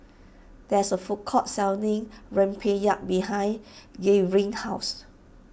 there is a food court selling Rempeyek behind Gavyn's house